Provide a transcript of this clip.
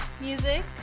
music